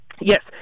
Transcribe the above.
Yes